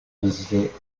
visiter